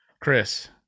Chris